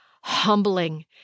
humbling